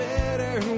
better